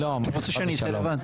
אתה רוצה שאני אצא לבד?